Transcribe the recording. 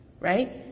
right